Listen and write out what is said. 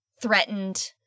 threatened